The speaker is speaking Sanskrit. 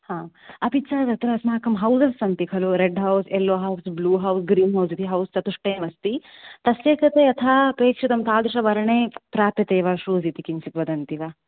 आम् अपि च तत्र अस्माकं हौसस् सन्ति खलु red house yellow house blue house green house इति हौस् चतुष्टयमस्ति तस्य कृते यथा अपेक्षितं तादृशवर्णे प्राप्यते वा शूस् इति किञ्चित् वदन्ति वा